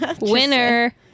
Winner